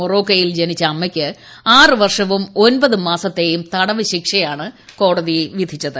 മൊറോക്കയിൽ ജനിച്ച അമ്മയ്ക്ക് ആറ് വർഷവും ഒമ്പത് മാസത്തേയും തടവ് ശിക്ഷയാണ് കോട്ടതി പ്രിധിച്ചത്